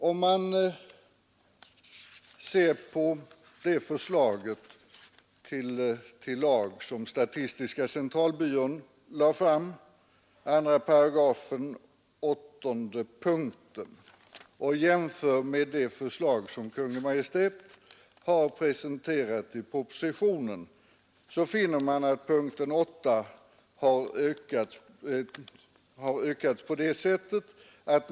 Om man jämför det förslag till lag som statistiska centralbyrån lade fram, 2 §, åttonde punkten, med det förslag som Kungl. Maj:t har presenterat i propositionen, så finner man att punkten 8 har utökats i regeringsförslaget.